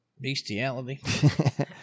Bestiality